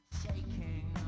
shaking